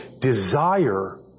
desire